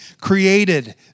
created